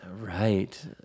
Right